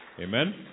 Amen